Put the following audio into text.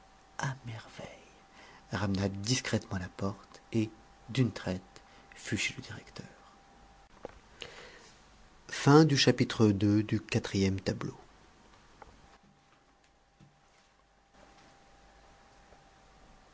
à merveille ramena discrètement la porte et d'une traite fut chez le directeur